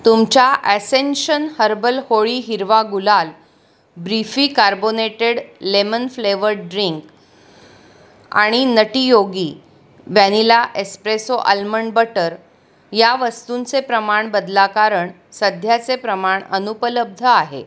तुमच्या ascension herbal Holi हिरवा गुलाल ब्रिफी कार्बोनेटेड लेमन फ्लेवर्ड ड्रिंक आणि nutty Yogi vanilla espresso almond butter या वस्तूंचे प्रमाण बदला कारण सध्याचे प्रमाण अनुपलब्ध आहे